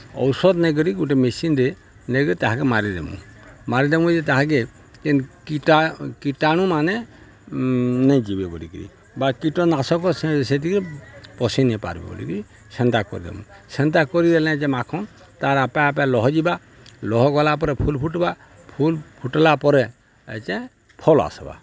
ଔଷଧ ନେଇକରି ଗୁଟେ ମେସିନ୍ରେ ନେଇକରି ତାହାକେ ମାରିଦେମୁ ମାରିଦେମୁ ଯେ ତାହାକେ ଯେନ୍ କୀଟା କୀଟାଣୁମାନେ ନେଇଯିବେ ବୋଲିକିରି ବା କୀଟନାଶକ ସେ ସେତି କେ ପଶିନିପାର୍ବେ ବୋଲିକିରି ସେନ୍ତା କରିଦେମୁ ସେନ୍ତା କରିଦେଲେ ଯେ ମାଖନ୍ ତାର୍ ଆପେ ଆପେ ଲହ ଯିବା ଲହ ଗଲା ପରେ ଫୁଲ୍ ଫୁଟ୍ବା ଫୁଲ୍ ଫୁଟ୍ଲା ପରେ ଯେ ଫଲ୍ ଆସ୍ବା